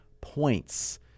points